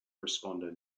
responded